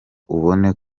ubone